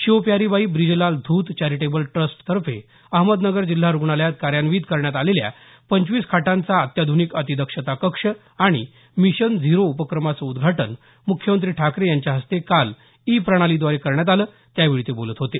Shivpyaribai Brijlal Dhoot charitable ट्रस्टतर्फे अहमदनगर जिल्हा रुग्णालयात कार्यान्वित करण्यात आलेला पंचवीस खाटांचा अत्याध्रनिक अतिदक्षता कक्ष आणि मिशन झिरो उपक्रमाचं उद्घाटन मुख्यमंत्री ठाकरे यांच्या हस्ते काल ई प्रणालीद्वारे करण्यात आलं त्यावेळी ते बोलत होते